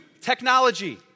technology